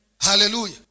hallelujah